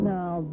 Now